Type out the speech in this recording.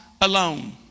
alone